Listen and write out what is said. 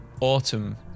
autumn